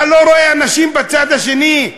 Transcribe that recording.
אתה לא רואה אנשים בצד השני?